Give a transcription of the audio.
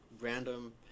random